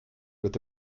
with